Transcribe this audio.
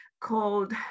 called